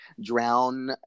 drown